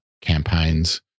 campaigns